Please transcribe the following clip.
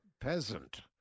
peasant